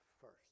first